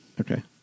Okay